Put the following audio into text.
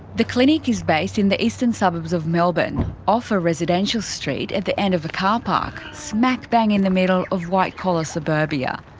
the clinic is based in the eastern suburbs of melbourne off a residential street at the end of a car park, smack bang in the middle of white collar suburbia.